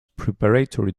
preparatory